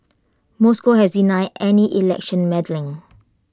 Moscow has denied any election meddling